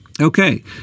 Okay